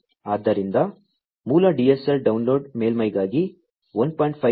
ಆದ್ದರಿಂದ ಮೂಲ DSL download ಮೇಲ್ಮೈಗಾಗಿ 1